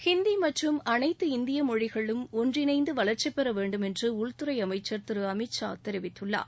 ஹிந்தி மற்றும் அனைத்து இந்திய மொழிகளும் ஒன்றிணைந்து வளர்ச்சி பெறவேண்டும் என்று உள்துறை அமைச்சர் திரு அமித்ஷா தெரிவித்துள்ளார்